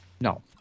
No